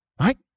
right